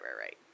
right